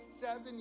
seven